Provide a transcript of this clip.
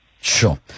Sure